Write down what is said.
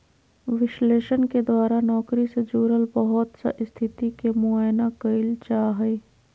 विश्लेषण के द्वारा नौकरी से जुड़ल बहुत सा स्थिति के मुआयना कइल जा हइ